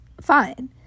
fine